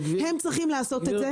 הם צריכים לעשות את זה,